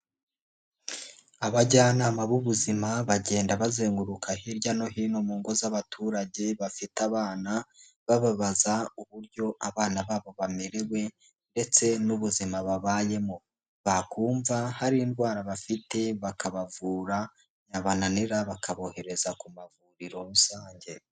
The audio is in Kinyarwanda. Abajyanama b'ubuzima bagenda bazenguruka hirya no hino mu ngo z'abaturage bafite abana, bababaza uburyo abana babo bamerewe, ndetse n'ubuzima babayemo. Bakumva hari indwara bafite bakabavura, yabananira bakabohereza ku mavuriro rusange.